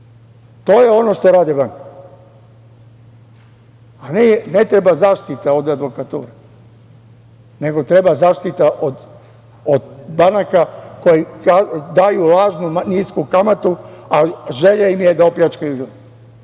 To je ono što rade banke. Ne treba zaštita ovde advokature, nego treba zaštita od banaka koje daju lažnu nisku kamatu, a želja im je da opljačkaju ljude.